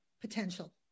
potential